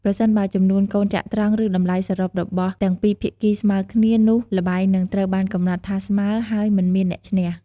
ប្រសិនបើចំនួនកូនចត្រង្គឬតម្លៃសរុបរបស់ទាំងពីរភាគីស្មើគ្នា នោះល្បែងនឹងត្រូវបានកំណត់ថាស្មើ ហើយមិនមានអ្នកឈ្នះ។